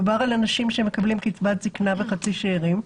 מדובר על אנשים שמקבלים קצבת זקנה וחצי שארים,